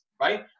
right